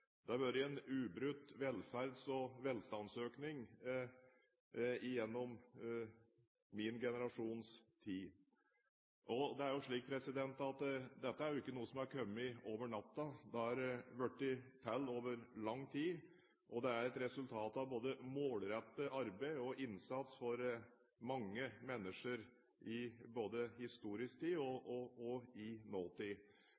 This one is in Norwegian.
Det har vært en ubrutt velferds- og velstandsøkning gjennom min generasjons tid. Dette er ikke noe som har kommet over natta; det har blitt til over lang tid og er et resultat av både målrettet arbeid og innsats fra mange mennesker i både historisk tid